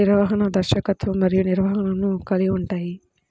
నిర్వహణ, దర్శకత్వం మరియు నిర్వహణను కలిగి ఉంటాయి